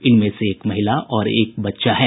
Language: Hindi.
इनमें से एक महिला और एक बच्चा है